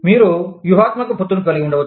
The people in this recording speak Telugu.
మీరు వ్యూహాత్మక పొత్తులు కలిగి ఉండవచ్చు